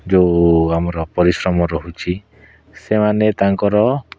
ଯେଉଁ ଆମର ପରିଶ୍ରମ ରହୁଛି ସେମାନେ ତାଙ୍କର